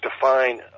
define